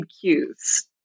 cues